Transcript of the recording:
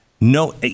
No